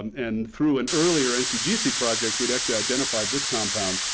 and through an earlier ncgc project, we'd actually identified this compound,